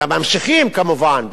וממשיכים כמובן,